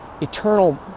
eternal